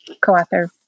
co-author